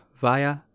via